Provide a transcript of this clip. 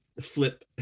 flip